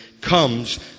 comes